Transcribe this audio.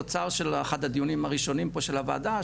תוצר של אחד הדיונים הראשונים פה של הוועדה,